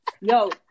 yo